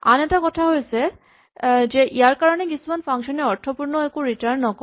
আন এটা কথা হৈছে যে ইয়াৰ কাৰণে কিছুমান ফাংচন এ অৰ্থপূৰ্ণ একো ৰিটাৰ্ন নকৰে